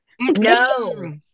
No